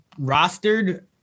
rostered